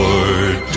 Lord